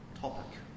topic